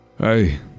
Hey